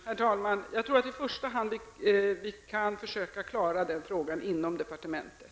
Herr talman! Jag tror att vi i första hand skall försöka klara frågan inom departementet.